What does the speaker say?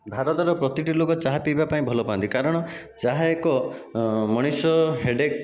ଭାରତର ପ୍ରତିଟି ଲୋକ ଚାହା ପିଇବା ପାଇଁ ଭଲ ପାଆନ୍ତି କାରଣ ଚାହା ଏକ ମଣିଷ ହେଡ଼େକ